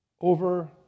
over